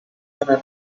and